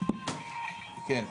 כן,